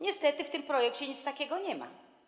Niestety w tym projekcie nic takiego nie ma.